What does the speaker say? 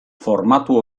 formatu